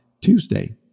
Tuesday